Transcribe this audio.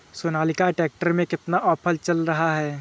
Sonalika tractor में कितना offer चल रहा है?